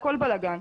הכול בלגן.